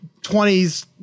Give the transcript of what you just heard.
20s